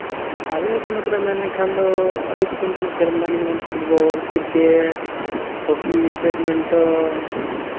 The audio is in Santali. ᱟᱞᱮ ᱯᱚᱱᱚᱛ ᱨᱮ ᱢᱮᱱ ᱞᱮᱠᱷᱟᱱ ᱫᱚ ᱟᱹᱰᱤ ᱠᱤᱪᱷᱩ ᱠᱷᱮᱹᱞ ᱢᱮᱱᱟᱜ ᱜᱮᱭᱟ ᱡᱮᱢᱚᱱ ᱯᱷᱩᱴᱵᱚᱞ ᱠᱨᱤᱠᱮᱹᱴ ᱦᱚᱠᱤ ᱵᱮᱰᱢᱤᱱᱴᱚᱱ